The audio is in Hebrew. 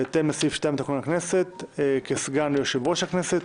בהתאם לסעיף 2 לתקנון הכנסת, כסגן יושב-ראש הכנסת.